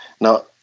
Now